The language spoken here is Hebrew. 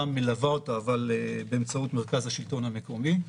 מלווה אותה באמצעות מרכז השלטון המקומי.